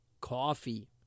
Coffee